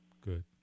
Good